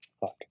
fuck